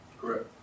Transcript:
Correct